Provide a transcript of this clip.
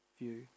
view